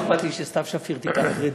מה אכפת לי שסתיו שפיר תיקח קרדיט?